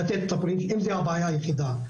לתת אם זה הבעיה היחידה,